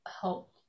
help